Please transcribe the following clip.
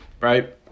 right